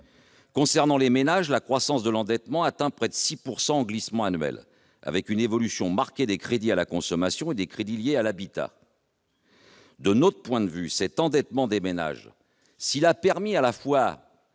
Concernant les ménages, la croissance de l'endettement atteint près de 6 % en glissement annuel, avec une augmentation marquée des crédits à la consommation et des crédits liés à l'habitat. De notre point de vue, cet endettement des ménages, s'il a permis de